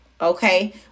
okay